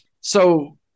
So-